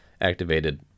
activated